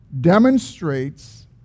demonstrates